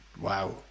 Wow